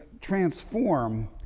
transform